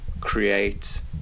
create